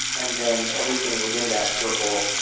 and then everything within that circle,